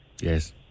Yes